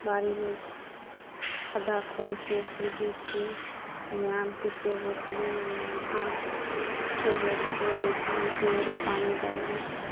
बाड़ीमे खद्धा खूनि कऽ खुरपीसँ ओहिमे आमके पेड़ रोपली ओहिमे आमके पेड़ रोपि कऽ ओहिमे शाम सवेरे पानि डालली